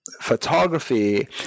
photography